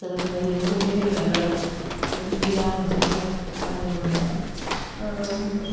சொல்லக்கூடாது இவங்களுமே நல்லா ஃப்ரெண்ட்லியாக ஜாலியாக பழகுவாங்க